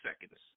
seconds